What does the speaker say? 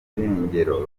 irengero